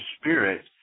Spirit